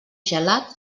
gelat